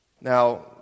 Now